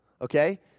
okay